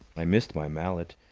i missed my mallet,